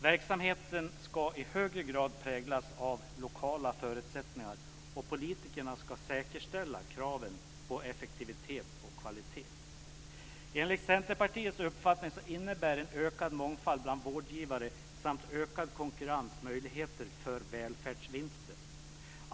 Verksamheten ska i högre grad präglas av lokala förutsättningar, och politikerna ska säkerställa kraven på effektivitet och kvalitet. Enligt Centerpartiets uppfattning innebär en ökad mångfald bland vårdgivare samt ökad konkurrens möjligheter till välfärdsvinster.